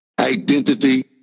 Identity